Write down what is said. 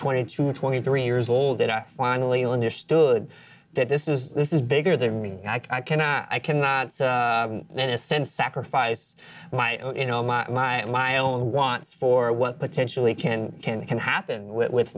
twenty two twenty three years old that i finally understood that this is this is bigger than me and i cannot i cannot then ascend sacrifice my you know my my my own wants for what potentially can can can happen with with